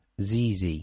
ZZ